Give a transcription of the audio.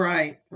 Right